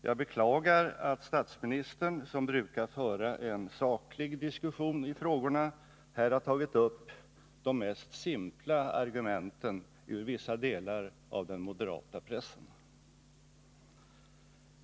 Jag beklagar att statsministern, som brukar föra en saklig diskussion i frågorna, här har tagit upp de mest simpla argumenten ur vissa delar av den moderata pressen.